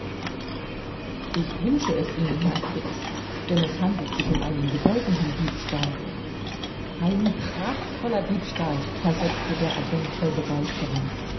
ich wünsche es herr fix denn es handelt sich um einen bedeutenden diebstahl ein prachtvoller diebstahl versetzte der agent voll begeisterung